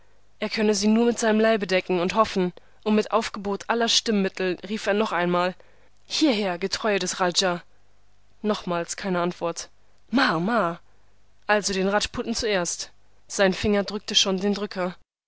er könne sie nur mit seinem leibe decken und hoffen und mit aufgebot aller stimmittel rief er noch einmal hierher getreue des raja nochmals keine antwort mar mar also den rajputen zuerst sein finger drückte schon den drücker